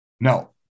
no